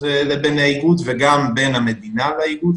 לבין האיגוד וגם בין המדינה לאיגוד,